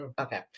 Okay